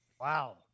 Wow